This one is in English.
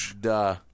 duh